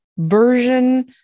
version